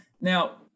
Now